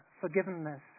forgiveness